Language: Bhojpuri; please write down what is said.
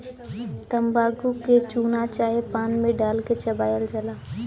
तम्बाकू के चूना चाहे पान मे डाल के चबायल जाला